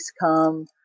come